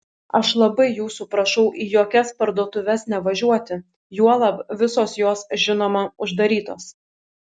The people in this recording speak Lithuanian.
aš labai jūsų prašau į jokias parduotuves nevažiuoti juolab visos jos žinoma uždarytos